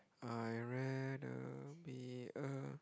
I rent a